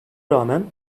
rağmen